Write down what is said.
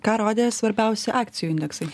ką rodė svarbiausi akcijų indeksai